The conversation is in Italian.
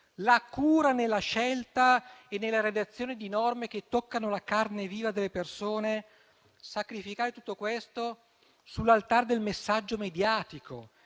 la cura nella scelta e nella redazione di norme che toccano la carne viva delle persone; non si può sacrificare tutto questo sull'altare del messaggio mediatico,